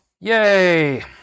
Yay